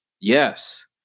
Yes